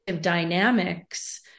dynamics